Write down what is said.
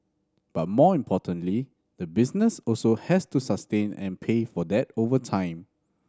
but more importantly the business also has to sustain and pay for that over time